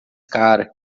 cara